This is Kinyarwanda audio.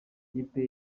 ikipe